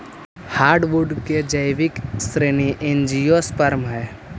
hardwood के जैविक श्रेणी एंजियोस्पर्म हइ